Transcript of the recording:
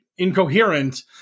incoherent